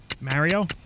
Mario